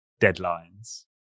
deadlines